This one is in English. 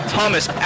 Thomas